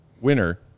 Winner